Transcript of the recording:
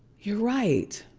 you're right!